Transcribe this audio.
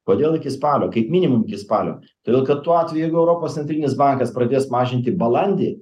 kodėl iki spalio kaip minimum iki spalio todėl kad tuo atveju jeigu europos centrinis bankas pradės mažinti balandį